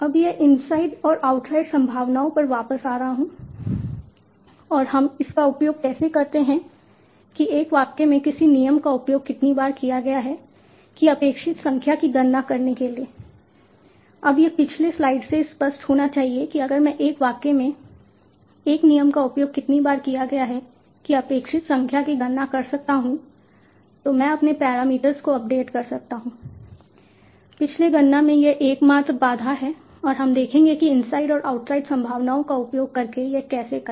अब यह इनसाइड और आउटसाइड संभावनाओं पर वापस आ रहा हूं और हम इसका उपयोग कैसे करते हैं कि एक वाक्य में किसी नियम का उपयोग कितनी बार किया गया है की अपेक्षित संख्या की गणना करने के लिए अब यह पिछले स्लाइड से स्पष्ट होना चाहिए कि अगर मैं एक वाक्य में एक नियम का उपयोग कितनी बार किया गया है की अपेक्षित संख्या की गणना कर सकता हूं तो मैं अपने पैरामीटर्स को अपडेट कर सकता हूं पिछले गणना में यह एकमात्र बाधा है और हम देखेंगे कि इनसाइड और आउटसाइड संभावनाओं का उपयोग करके यह कैसे करें